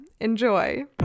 Enjoy